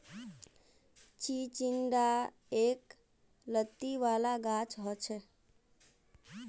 चिचिण्डा एक लत्ती वाला गाछ हछेक